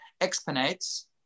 exponents